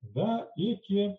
tada iki